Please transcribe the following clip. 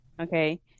okay